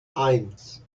eins